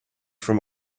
from